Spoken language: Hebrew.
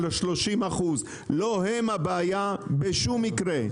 30%. לא הם הבעיה בשום מקרה,